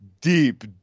deep